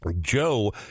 Joe